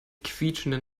quietschenden